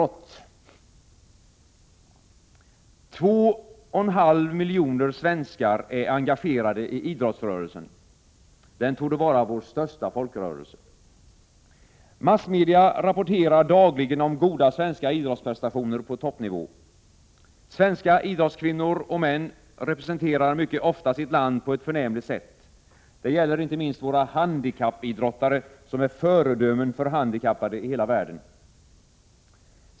2,5 miljoner svenskar är engagerade i idrottsrörelsen. Den torde vara vår största folkrörelse. Massmedia rapporterar dagligen om goda svenska idrottsprestationer på toppnivå. Svenska idrottskvinnor och idrottsmän representerar mycket ofta sitt land på ett förnämlig sätt. Det gäller inte minst våra handikappidrottare, som är föredömen för handikappade i hela världen.